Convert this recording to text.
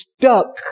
stuck